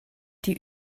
die